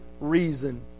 reason